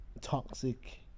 toxic